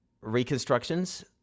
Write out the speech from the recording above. reconstructions